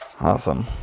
Awesome